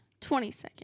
22nd